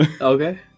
okay